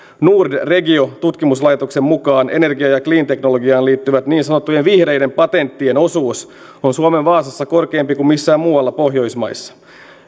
nordregio tutkimuslaitoksen mukaan energia ja clean teknologiaan liittyvien niin sanottujen vihreiden patenttien osuus on suomen vaasassa korkeampi kuin missään muualla pohjoismaissa